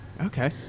Okay